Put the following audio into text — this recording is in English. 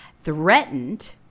threatened